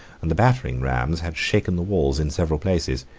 and the battering rams had shaken the walls in several places.